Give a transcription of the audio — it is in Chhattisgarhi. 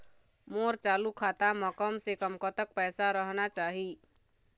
मोर चालू खाता म कम से कम कतक पैसा रहना चाही?